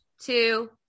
two